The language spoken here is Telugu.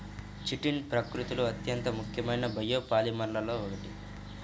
చిటిన్ ప్రకృతిలో అత్యంత ముఖ్యమైన బయోపాలిమర్లలో ఒకటి